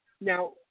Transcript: now